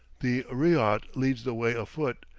the ryot leads the way afoot,